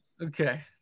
okay